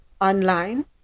online